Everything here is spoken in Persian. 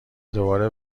دوباره